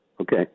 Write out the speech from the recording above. Okay